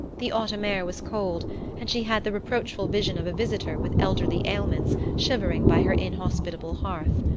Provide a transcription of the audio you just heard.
the autumn air was cold and she had the reproachful vision of a visitor with elderly ailments shivering by her inhospitable hearth.